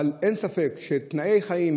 אבל אין ספק שתנאי חיים,